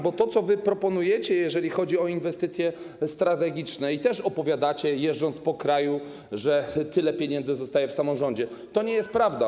Bo to, co proponujecie, jeżeli chodzi o inwestycje strategiczne, co opowiadacie, jeżdżąc po kraju, że tyle pieniędzy zostaje w samorządzie, to nie jest prawda.